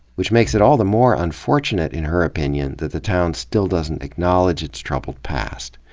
which makes it all the more unfortunate, in her opinion, that the town still doesn't acknowledge its troubled past.